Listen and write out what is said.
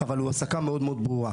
אבל ההסקה היא ברורה מאוד: